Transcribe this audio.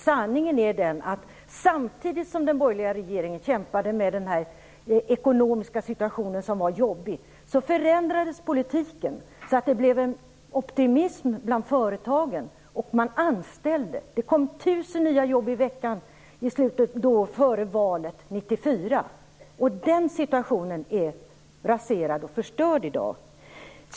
Sanningen är den, att samtidigt som den borgerliga regeringen kämpade med den jobbiga ekonomiska situationen förändrades politiken så att det blev en optimism bland företagen och så att man började anställa. Det kom 1 000 nya jobb i veckan före valet 1994. Den situationen är raserad och förstörd i dag.